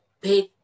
big